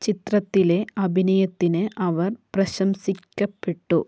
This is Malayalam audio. ചിത്രത്തിലെ അഭിനയത്തിന് അവർ പ്രശംസിക്കപ്പെട്ടു